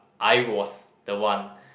I was the one